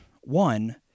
one